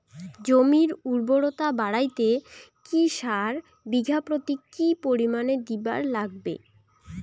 জমির উর্বরতা বাড়াইতে কি সার বিঘা প্রতি কি পরিমাণে দিবার লাগবে?